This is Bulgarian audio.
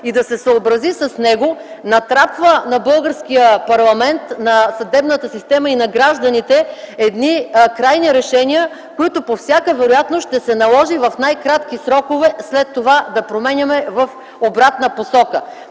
и да се съобрази с него, натрапва на българския парламент, на съдебната система и на гражданите едни крайни решения, които по всяка вероятност ще се наложи в най-кратки срокове след това да променяме в обратна посока.